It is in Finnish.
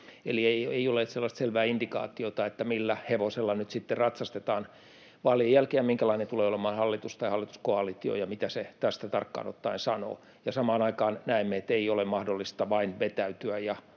eli ei ole sellaista selvää indikaatiota, millä hevosella nyt sitten ratsastetaan vaalien jälkeen, minkälainen tulee olemaan hallitus tai hallituskoalitio ja mitä se tästä tarkkaan ottaen sanoo. Samaan aikaan näemme, että ei ole mahdollista vain vetäytyä